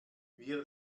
wir